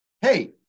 hey